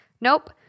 Nope